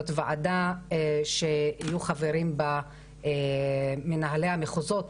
זאת ועדה שיהיו חברים בה מנהלי המחוזות